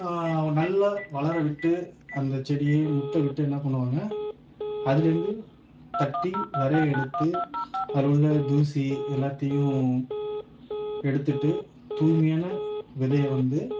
நல்லா வளர விட்டு அந்த செடியே முத்த விட்டு என்ன பண்ணுவாங்கள் அதுலேருந்து தட்டி விதைய எடுத்து அதில் உள்ள தூசி எல்லாத்தையும் எடுத்துட்டு தூய்மையான விதையை வந்து